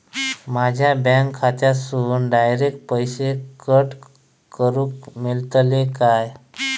माझ्या बँक खात्यासून डायरेक्ट पैसे कट करूक मेलतले काय?